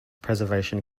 preservation